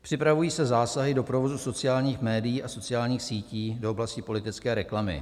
Připravují se zásahy do provozu sociálních médií a sociálních sítí, do oblasti politické reklamy.